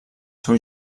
seu